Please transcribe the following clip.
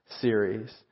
series